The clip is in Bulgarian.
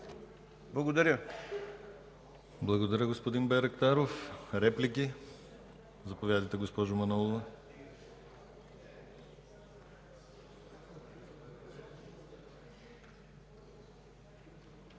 ГЛАВЧЕВ: Благодаря, господин Байрактаров. Реплики? Заповядайте, госпожо Манолова.